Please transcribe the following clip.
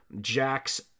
Jack's